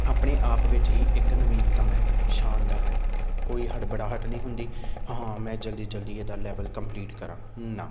ਆਪਣੇ ਆਪ ਵਿੱਚ ਹੀ ਇੱਕ ਨਵੀਨਤਮ ਹੈ ਸ਼ਾਨਦਾਰ ਹੈ ਕੋਈ ਹੜਬੜਾਹਟ ਨਹੀਂ ਹੁੰਦੀ ਹਾਂ ਮੈਂ ਜਲਦੀ ਜਲਦੀ ਇਹਦਾ ਲੈਵਲ ਕੰਪਲੀਟ ਕਰਾਂ ਨਾ